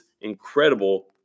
incredible